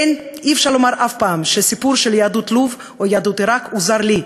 אי-אפשר לומר אף פעם שהסיפור של יהדות לוב או יהדות עיראק הוא זר לי,